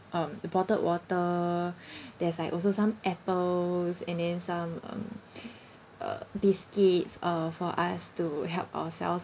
um bottled water there's like also some apples and then some um uh biscuits uh for us to help ourselves